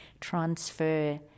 transfer